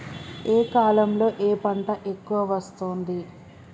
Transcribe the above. ఏ కాలంలో ఏ పంట ఎక్కువ వస్తోంది?